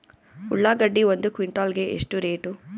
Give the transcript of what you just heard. ಉಳ್ಳಾಗಡ್ಡಿ ಒಂದು ಕ್ವಿಂಟಾಲ್ ಗೆ ಎಷ್ಟು ರೇಟು?